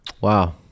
Wow